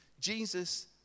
Jesus